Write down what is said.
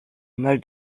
mal